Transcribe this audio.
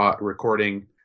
recording